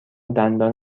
دندان